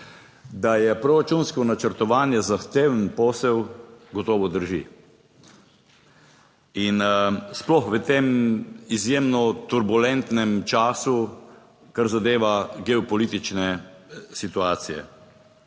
Da je proračunsko načrtovanje zahteven posel, gotovo drži in sploh v tem izjemno turbulentnem času, kar zadeva geopolitične situacije.